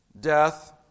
Death